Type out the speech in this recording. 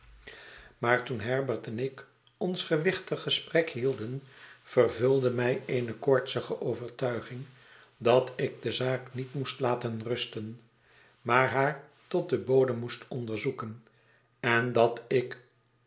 maar toen herbert en ik ons gewichtiggesprek hielden vervulde mij eene koortsige overtuiging dat ik de zaak niet moest laten rusten maar haar tot den bodem moest onderzoeken en dat ik